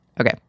Okay